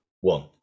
one